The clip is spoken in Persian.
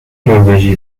نروژی